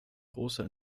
großer